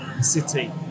city